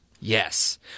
Yes